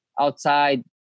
outside